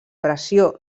pressió